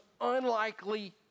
unlikely